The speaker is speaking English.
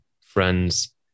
friends